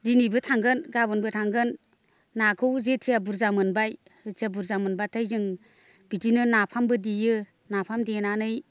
दिनैबो थांगोन गाबोनबो थांगोन नाखौ जेथिया बुरजा मोनबाय जेथिया बुरजा मोनब्लाथाय जों बिदिनो नाफामबो देयो नाफाम देनानै